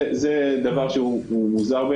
בעיניי זה דבר מוזר.